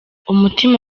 umutima